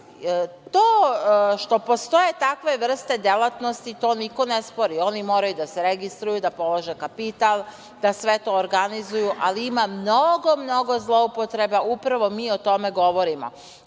što postoje takve vrste delatnosti, to niko ne spori. Oni moraju da se registruju, da polože kapital, da sve to organizuju, ali ima mnogo, mnogo zloupotreba, upravo mi o tome govorimo. Kako